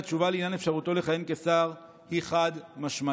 התשובה לעניין אפשרותו לכהן כשר היא חד-משמעית.